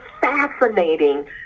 fascinating